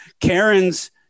Karen's